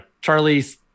Charlie's